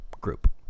group